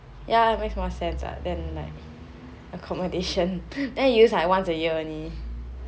ya it makes more sense ah then like accommodation then use like once a year only